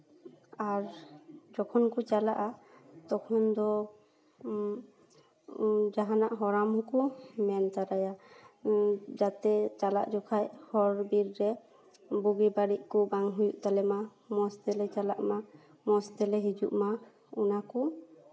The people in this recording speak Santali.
ᱟᱨ ᱡᱚᱠᱷᱚᱱ ᱠᱚ ᱪᱟᱞᱟᱜᱼᱟ ᱛᱚᱠᱷᱚᱱ ᱫᱚ ᱡᱟᱦᱟᱱᱟᱜ ᱦᱚᱨᱟᱢ ᱠᱚ ᱢᱮᱱ ᱛᱚᱨᱟᱭᱟ ᱡᱟᱛᱮ ᱪᱟᱞᱟᱜ ᱡᱚᱠᱷᱚᱡ ᱦᱚᱨ ᱵᱤᱨ ᱨᱮ ᱵᱩᱜᱤ ᱵᱟᱹᱲᱤᱡ ᱠᱚ ᱵᱟᱝ ᱦᱩᱭᱩᱜ ᱛᱟᱞᱮ ᱢᱟ ᱢᱚᱡᱽ ᱛᱮᱞᱮ ᱪᱟᱞᱟᱜ ᱢᱟ ᱢᱚᱡᱽ ᱛᱮᱞᱮ ᱦᱤᱡᱩᱜ ᱢᱟ ᱚᱱᱟ ᱠᱚ